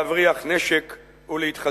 להבריח נשק ולהתחזק.